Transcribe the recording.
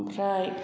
ओमफ्राय